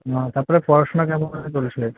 না তার পরে পড়াশুনা কেমন চলছে